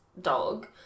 dog